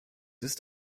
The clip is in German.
ist